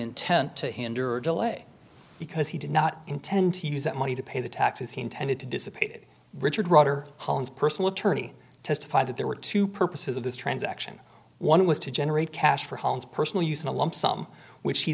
intent to hinder or delay because he did not intend to use that money to pay the taxes he intended to dissipate richard roth or hones personal attorney testified that there were two purposes of this transaction one was to generate cash for homes personal use in a lump sum which he